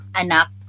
anak